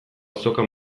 azoka